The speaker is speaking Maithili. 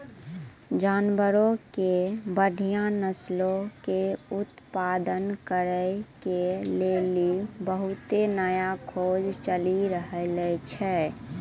जानवरो के बढ़िया नस्लो के उत्पादन करै के लेली बहुते नया खोज चलि रहलो छै